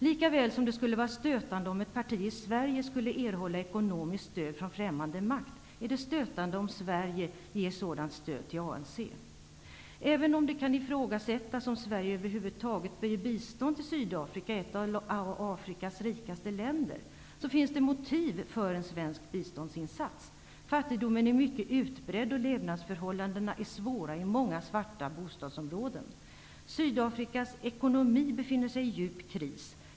Lika väl som det skulle vara stötande om ett parti i Sverige skulle erhålla ekonomiskt stöd från främmande makt, är det stötande om Sverige ger sådant stöd till ANC. Även om det kan ifrågasättas om Sverige över huvud taget bör ge bistånd till Sydafrika -- ett av Afrikas rikaste länder -- finns det motiv för en svensk biståndsinsats. Fattigdomen är mycket utbredd, och levnadsförhållandena är svåra i många svarta bostadsområden. Sydafrikas ekonomi befinner sig i djup kris.